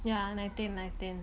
ya nineteen nineteen